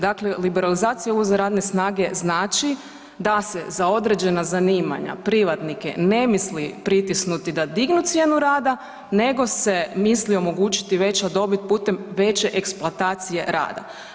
Dakle liberalizacija uvoza radne snage znači da se za određena zanimanja, privatnike ne misli pritisnuti da dignu cijenu rada nego se misli omogućiti veća dobit putem veće eksploatacije rada.